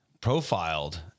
profiled